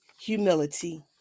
humility